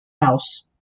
house